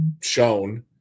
shown